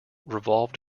revolved